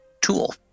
tool